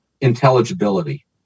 intelligibility